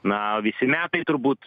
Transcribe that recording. na visi metai turbūt